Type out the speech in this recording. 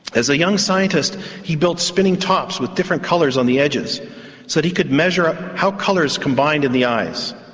as a young scientist he built spinning tops with different colours on the edges so that he could measure how colours combined in the eyes,